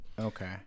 Okay